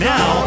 Now